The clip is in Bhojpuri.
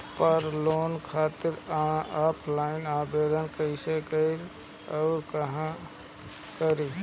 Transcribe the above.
हम लोन खातिर ऑफलाइन आवेदन कइसे करि अउर कहवा करी?